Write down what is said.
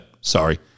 sorry